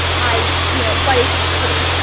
i, you know but it's just true.